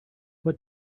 what